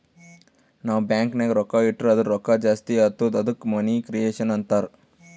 ನಾವ್ ಬ್ಯಾಂಕ್ ನಾಗ್ ರೊಕ್ಕಾ ಇಟ್ಟುರ್ ಅದು ರೊಕ್ಕಾ ಜಾಸ್ತಿ ಆತ್ತುದ ಅದ್ದುಕ ಮನಿ ಕ್ರಿಯೇಷನ್ ಅಂತಾರ್